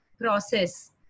process